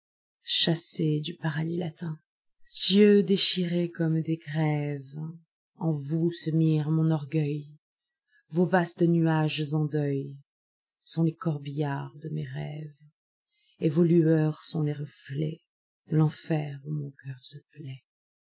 ovidechassé du paradis latir cieux déchirés comme des grèvesen vous se mire mon orgueil vos vastes nuages en deuil sont les corbillards de mes rêves et vos lueurs sont le reflet de l'enfer où mon cœur se plaît